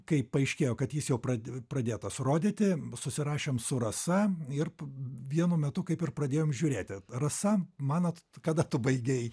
kai paaiškėjo kad jis jau prad pradėtas rodyti susirašėm su rasa ir p vienu metu kaip ir pradėjom žiūrėti rasa manot kad tu baigei